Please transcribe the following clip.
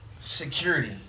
security